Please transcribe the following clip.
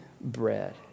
bread